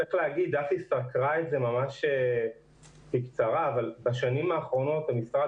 דסי סקרה את זה ממש בקצרה אבל בשנים האחרונות המשרד